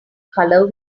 color